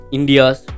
India's